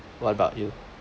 what about you